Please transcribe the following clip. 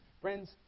Friends